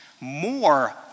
more